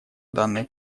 данной